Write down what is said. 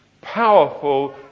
powerful